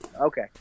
okay